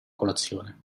colazione